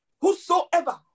whosoever